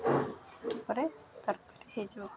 ତା'ପରେ ତରକାରୀ ହେଇଯିବ